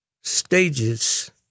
stages